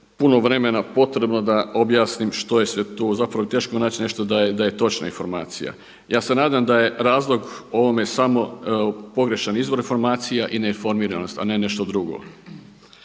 puno vremena potrebno da objasnim što je sve tu, zapravo teško je naći nešto da je točna informacija. Ja se nadam da je razlog ovome samo pogrešan izvor informacija i ne informiranost, a ne nešto drugo.